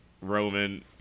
roman